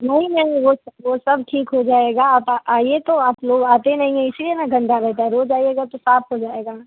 नहीं नहीं वह सब वह सब ठीक हो जाएगा आप आइए तो आप लोग आते नहीं हैं इसलिए न गंदा रहता है रोज़ आइएगा तो साफ हो जाएगा